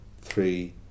three